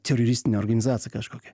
teroristinė organizacija kažkokia